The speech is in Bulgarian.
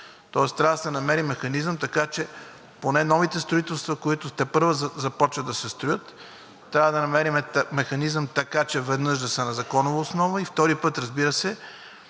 Тоест трябва да се намери механизъм, така че поне новите строителства, които тепърва започват да се строят, трябва да намерим механизъм, така че веднъж да са на законова основа и втори път, разбира се,